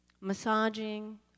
massaging